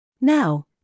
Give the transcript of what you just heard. now